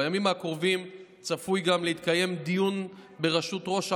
בימים הקרובים צפוי גם להתקיים דיון בראשות ראש המל"ל,